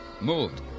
Moved